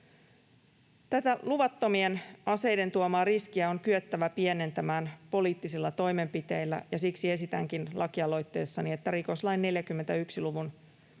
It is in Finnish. Tätä luvattomien aseiden tuomaa riskiä on kyettävä pienentämään poliittisilla toimenpiteillä, ja siksi esitänkin lakialoitteessani että rikoslain 41 luvun